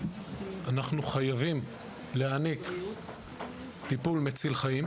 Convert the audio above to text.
אנחנו חייבים להעניק טיפול מציל חיים.